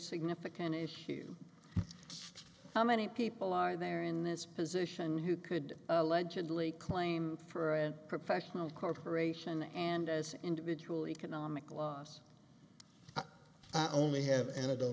significant issue how many people are there in this position who could allegedly claim for a professional corporation and as an individual economic loss i only have